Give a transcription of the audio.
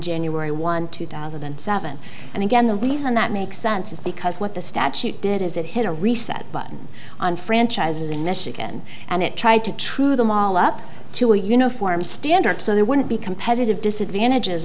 january one two thousand and seven and again the reason that makes sense is because what the statute did is it hit a reset button on franchises in michigan and it tried to true them all up to a uniform standard so there wouldn't be competitive disadvantage